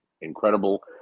incredible